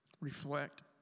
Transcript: Reflect